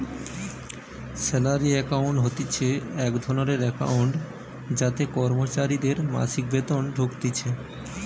salary account হতিছে এক ধরণের একাউন্ট যাতে কর্মচারীদের মাসিক বেতন ঢুকতিছে